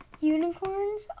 Unicorns